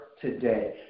today